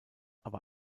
aber